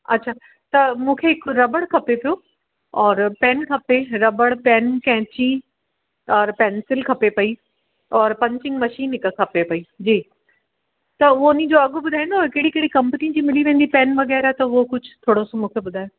अच्छा त मूंखे हिकु रॿड़ खपे पियो और पैन खपे रॿड़ कैंची और पैंसिल खपे पई और पंचिंग मशीन हिक खपे पई जी त उहो उनजो अघि ॿुधाईंदव कहिड़ी कहिड़ी कंपिनी जी मिली वेंदी पैन वग़ैरह त उहो कुझु थोरो सो मूंखे ॿुधायो